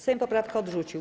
Sejm poprawkę odrzucił.